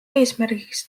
eesmärgiks